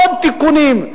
עוד תיקונים.